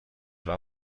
war